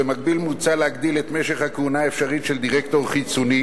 במקביל מוצע להגדיל את משך הכהונה האפשרית של דירקטור חיצוני